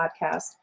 podcast